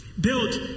built